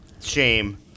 shame